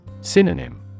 Synonym